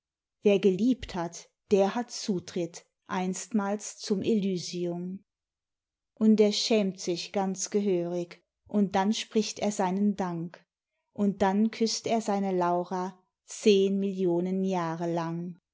wer geliebt hat der hat zutritt einstmals zum elysium und er schämt sich ganz gehörig und dann spricht er seinen dank und dann küßt er seine laura zehn millionen jahre lang